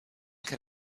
can